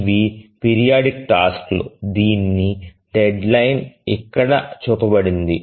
ఇవి periodic task లు దీని డెడ్లైన్ ఇక్కడ చూపబడింది